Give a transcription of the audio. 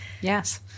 Yes